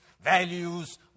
Values